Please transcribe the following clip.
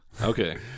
Okay